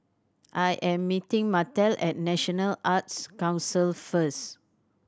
I am meeting Martell at National Arts Council first